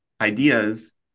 ideas